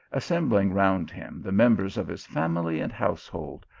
assembling round him the members of his family and household,